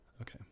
Okay